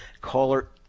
caller